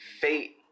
Fate